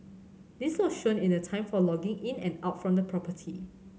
this was shown in the time for logging in and out from the property